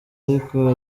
ariko